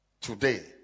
Today